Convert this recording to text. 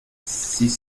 six